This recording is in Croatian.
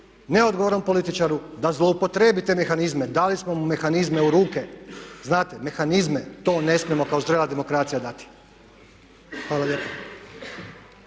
neodgovoran političar da zloupotrijebi te mehanizme. Dali smo mu mehanizme u ruke. Znate mehanizme to ne smijemo kao zrela demokracija dati. Hvala lijepa.